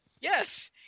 Yes